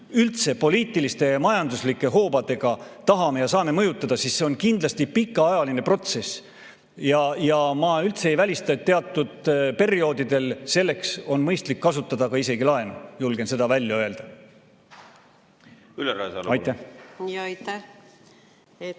üldse poliitiliste ja majanduslike hoobadega tahame ja saame mõjutada, siis see on kindlasti pikaajaline protsess ja ma üldse ei välista, et teatud perioodidel on selleks mõistlik kasutada isegi laenu. Julgen seda välja öelda. Ülle